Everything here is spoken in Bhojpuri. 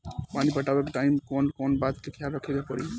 पानी पटावे टाइम कौन कौन बात के ख्याल रखे के पड़ी?